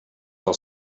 del